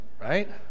Right